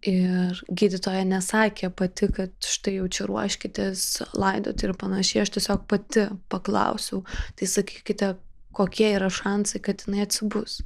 ir gydytoja nesakė pati kad štai jau čia ruoškitės laidoti ir panašiai aš tiesiog pati paklausiau tai sakykite kokie yra šansai kad jinai atsibus